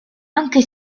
anche